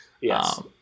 Yes